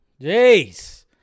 Jeez